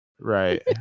Right